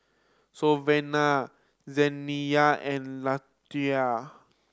Savanna Zaniyah and Lethia